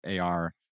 AR